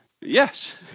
yes